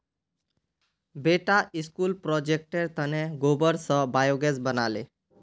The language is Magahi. बेटा स्कूल प्रोजेक्टेर तने गोबर स बायोगैस बना ले